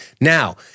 Now